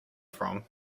from